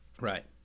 Right